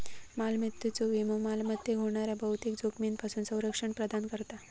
मालमत्तेचो विमो मालमत्तेक होणाऱ्या बहुतेक जोखमींपासून संरक्षण प्रदान करता